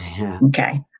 okay